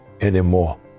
anymore